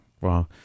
wow